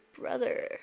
brother